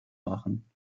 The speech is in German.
machen